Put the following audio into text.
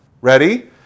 ready